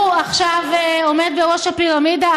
הוא עכשיו עומד בראש הפירמידה.